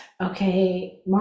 okay